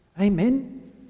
Amen